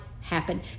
happen